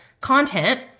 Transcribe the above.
content